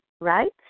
right